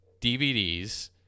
DVDs